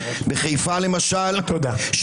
בחיפה למשל,